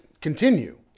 continue